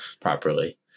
properly